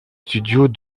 studios